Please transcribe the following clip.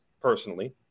personally